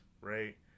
right